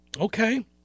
okay